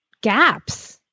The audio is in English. gaps